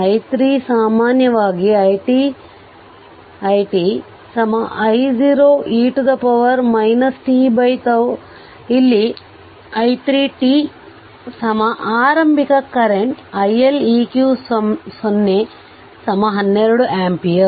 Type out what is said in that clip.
i3 ಸಾಮಾನ್ಯವಾಗಿ it I0|e tτ ಇಲ್ಲಿ i3 t ಆರಂಭಿಕ ಕರೆಂಟ್ iLeq 0 12 ಆಂಪಿಯರ್